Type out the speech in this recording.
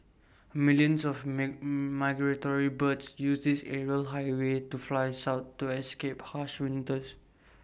millions of meat migratory birds use this aerial highway to fly south to escape harsh winters